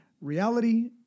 reality